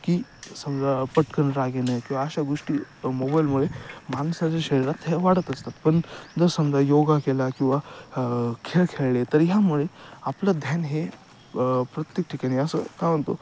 की समजा पटकन राग येणे किंवा अशा गोष्टी मोबाईलमुळे माणसाच्या शरीरात ह्या वाढत असतात पण जर समजा योग केला किंवा खेळ खेळले तर ह्यामुळे आपलं ध्यान हे प्रत्येक ठिकाणी असं काय म्हणतो